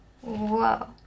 Whoa